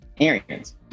Arians